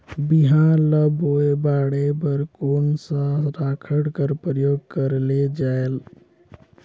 बिहान ल बोये बाढे बर कोन सा राखड कर प्रयोग करले जायेल?